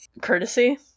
Courtesy